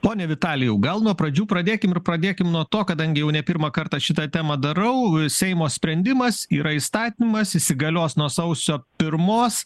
pone vitalijau gal nuo pradžių pradėkim ir pradėkim nuo to kadangi jau ne pirmą kartą šitą temą darau seimo sprendimas yra įstatymas įsigalios nuo sausio pirmos